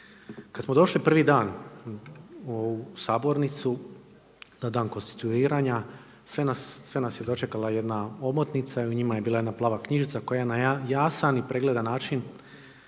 Kada smo došli prvi dan u ovu sabornicu na dan konstituiranja sve nas je dočekala jedna omotnica i u njima je bila jedna plava knjižica koja je na jasan i pregledan način